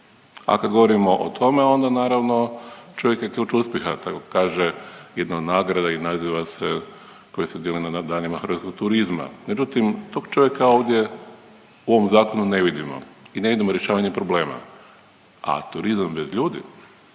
a kad govorimo o tome onda naravno, čovjek je ključ uspjeha, tako kaže jedna od nagrada i naziva se koja se dijeli na danima Hrvatskog turizma, međutim tog čovjeka ovdje u ovom zakonu ne vidimo i ne vidimo rješavanje problema, a turizam bez ljudi,